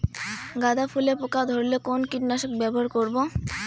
গাদা ফুলে পোকা ধরলে কোন কীটনাশক ব্যবহার করব?